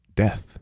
Death